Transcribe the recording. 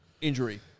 injury